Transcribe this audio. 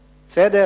בסדר,